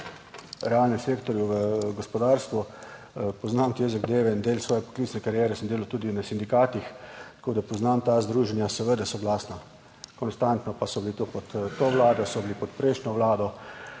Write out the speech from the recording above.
v realnem sektorju, v gospodarstvu, poznam te zadeve in del svoje poklicne kariere sem delal tudi na sindikatih, tako da poznam ta združenja, seveda soglasno, konstantno pa so bili to pod to vlado, so bili pod prejšnjo vlado,